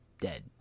dead